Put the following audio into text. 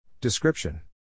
Description